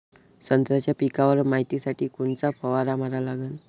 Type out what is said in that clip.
संत्र्याच्या पिकावर मायतीसाठी कोनचा फवारा मारा लागन?